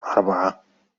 أربعة